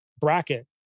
bracket